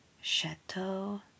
Chateau